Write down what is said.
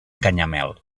canyamel